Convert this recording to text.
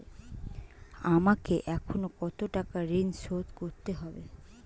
আমাকে এখনো কত টাকা ঋণ শোধ করতে হবে?